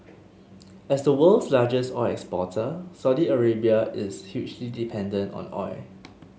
as the world's largest oil exporter Saudi Arabia is hugely dependent on oil